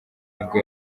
nibwo